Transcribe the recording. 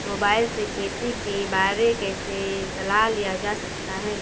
Mobile से खेती के बारे कैसे सलाह लिया जा सकता है?